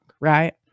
right